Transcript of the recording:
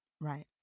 Right